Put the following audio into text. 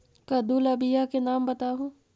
कददु ला बियाह के नाम बताहु?